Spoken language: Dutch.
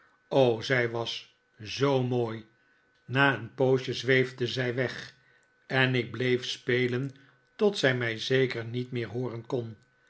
o zij was zoo mooi na een poosje zweefde zij weg en ik bleef spelen tot zij mij zeker niet meer hooren kon